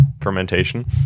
fermentation